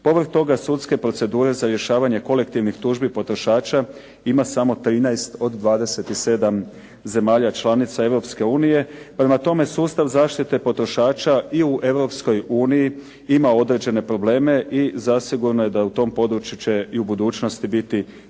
Povrh toga, sudske procedure za rješavanja kolektivnih tužbi potrošača ima samo 13 od 27 zemalja članica Europske unije. Prema tome, sustav zaštite potrošača i u Europskoj uniji ima određene probleme i zasigurno je da u tom području će i u budućnosti biti